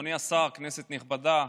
אדוני השר, כנסת נכבדה,